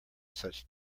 such